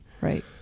Right